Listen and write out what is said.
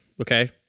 Okay